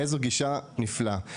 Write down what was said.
איזו גישה נפלאה.